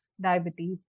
diabetes